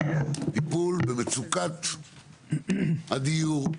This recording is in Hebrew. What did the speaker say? טיפול במצוקת הדיור,